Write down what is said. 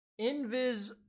Invis